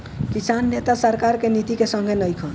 किसान नेता सरकार के नीति के संघे नइखन